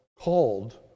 called